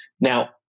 Now